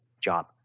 job